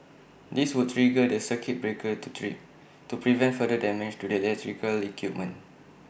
this would trigger the circuit breakers to trip to prevent further damage to the electrical equipment